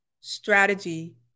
strategy